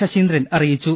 ശശീന്ദ്രൻ അറിയിച്ചു